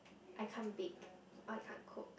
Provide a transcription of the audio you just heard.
I can't bake I can't cook